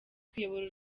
kuyobora